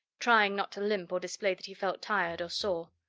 trying not to limp or display that he felt tired or sore.